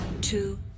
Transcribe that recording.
two